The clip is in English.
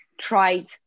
tried